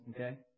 okay